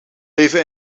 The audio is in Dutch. leven